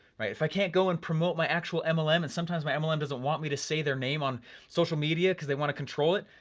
right, if i can't go and promote my actual mlm and sometimes my mlm doesn't want me to say their name on social media cause they wanna control it,